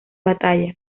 batalla